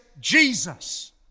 Jesus